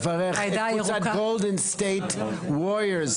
אני חייב לברך את קבוצת גולדן סטייט ווריורס,